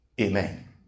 Amen